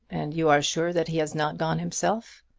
and you are sure that he has not gone himself?